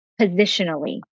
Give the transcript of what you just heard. positionally